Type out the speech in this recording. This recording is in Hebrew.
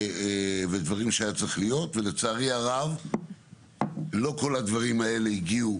ודברים שהיה צריך להיות ולצערי הרב לא כל הדברים האלה הגיעו